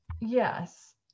yes